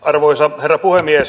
arvoisa herra puhemies